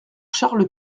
charles